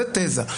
זאת תזה.